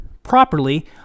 Properly